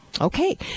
Okay